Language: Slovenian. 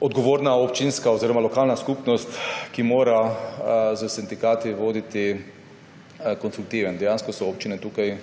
odgovorna občinska oziroma lokalna skupnost, ki mora s sindikati voditi konstruktiven [dialog]. Dejansko so občine tukaj